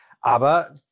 Aber